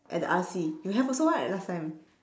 at the R_C you have also right last time